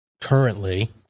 currently